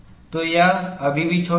तो यह अभी भी छोटा है